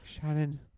Shannon